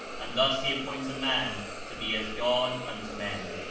and thus he appoints a man to be as god unto men.